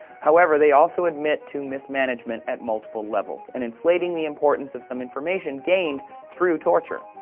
however, they also admit to mismanagement at multiple levels and inflating the importance of some information gained through torture.